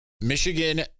Michigan